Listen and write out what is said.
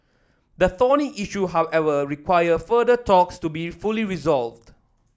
the thorny issue however require further talks to be fully resolved